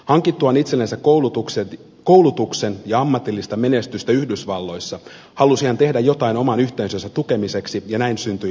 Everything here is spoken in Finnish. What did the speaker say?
hankittuaan itsellensä koulutuksen ja ammatillista menestystä yhdysvalloissa halusi hän tehdä jotain oman yhteisönsä tukemiseksi ja näin syntyi afghan hands